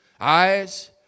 eyes